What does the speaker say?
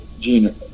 Gene